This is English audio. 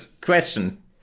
Question